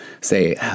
say